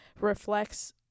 reflects